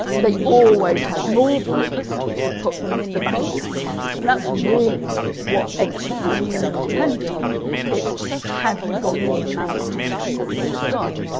they always had more blokes to put into the battle line and that's really what ancient warfare depends on um its have you got more manpower than the other side